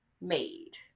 made